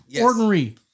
Ordinary